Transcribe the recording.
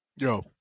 Yo